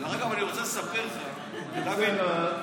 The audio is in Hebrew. אגב, אני רוצה לספר לך עוד דבר.